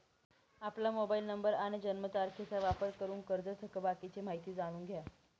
आपला mobile number आणि जन्मतारखेचा वापर करून कर्जत थकबाकीची माहिती जाणून घ्या